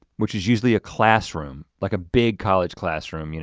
which is usually a classroom like a big college classroom, you know